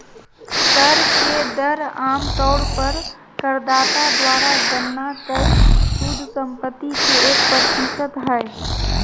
कर के दर आम तौर पर करदाता द्वारा गणना कइल शुद्ध संपत्ति के एक प्रतिशत हइ